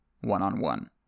one-on-one